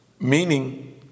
Meaning